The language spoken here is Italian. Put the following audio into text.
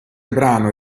brano